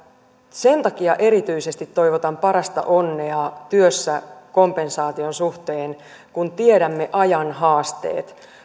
sen takia erityisesti toivotan parasta onnea työssä kompensaation suhteen kun tiedämme ajan haasteet